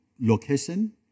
location